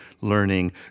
learning